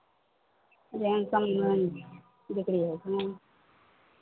लमसममे बिक्री होइ छै नहि